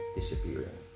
disappearing